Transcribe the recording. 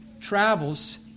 travels